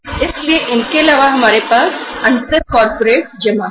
इन स्रोतों के अलावा हमारे पास अंतर कारपोरेट जमा है